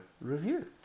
review